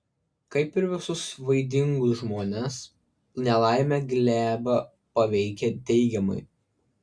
kaip ir visus vaidingus žmones nelaimė glėbą paveikė teigiamai